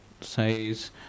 says